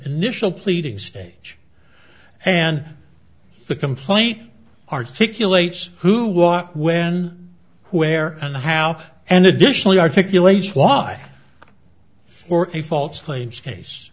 initial pleading stage and the complaint articulate who watt when where and how and additionally articulate why for a false claims case